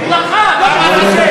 עם כל הכבוד, באמת, באמת.